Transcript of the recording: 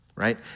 right